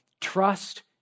Trust